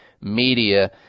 media